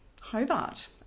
Hobart